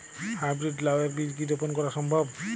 High breed লাও এর বীজ কি রোপন করা সম্ভব?